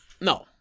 No